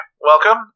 Welcome